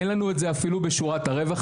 אין לנו את זה אפילו בשורת הרווח.